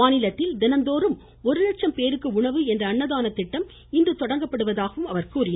மாநிலத்தில் தினந்தோறும் ஒருலட்சம் பேருக்கு உணவு என்ற அன்னதான திட்டம் இன்று தொடங்கப்படுவதாகவும் அவர் கூறினார்